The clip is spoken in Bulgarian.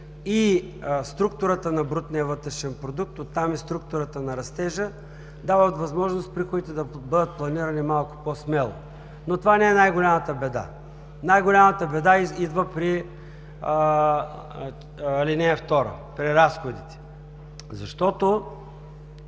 и структурата на брутния вътрешен продукт, оттам и структурата на растежа, дават възможност приходите да бъдат планирани малко по-смело. Но това не е най-голямата беда. Най-голямата беда идва при ал. 2, при разходите, защото